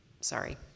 sorry